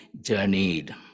journeyed